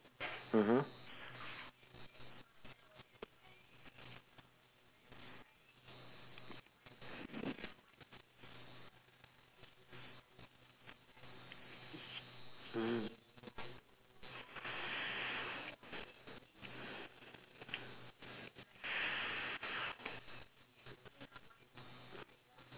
mmhmm mm